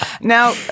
Now